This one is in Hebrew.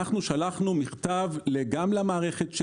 שלחנו מכתב גם למערכת,